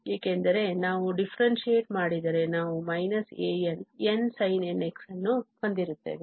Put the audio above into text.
ಏಕೆಂದರೆ ನಾವು differentiate ಮಾಡಿದರೆ ನಾವು −an nsin nx ಅನ್ನು ಹೊಂದಿರುತ್ತೇವೆ